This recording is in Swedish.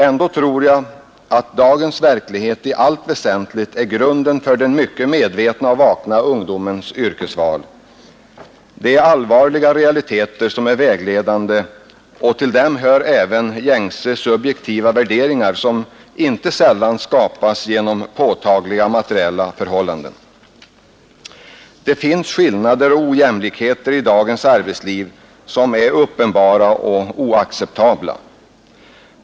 Ändå tror jag att dagens verklighet i allt väsentligt är grunden för den mycket medvetna och vakna ungdomens yrkesval. Det är allvarliga realiteter som är vägledande, och till dem hör även gängse, subjektiva värderingar, som inte sällan skapas genom påtagliga materiella förhållanden. Det finns skillnader och ojämlikheter i dagens arbetsliv som är uppenbara och oacceptabla.